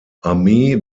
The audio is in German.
armee